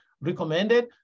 recommended